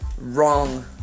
Wrong